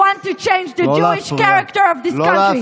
want to change the Jewish character of this country.